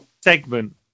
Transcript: segment